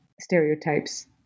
stereotypes